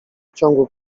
ciągu